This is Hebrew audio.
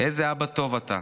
איזה אבא טוב אתה.